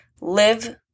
live